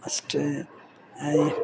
ಅಷ್ಟೇ